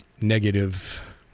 negative